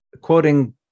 Quoting